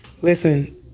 Listen